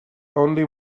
only